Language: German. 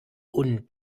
und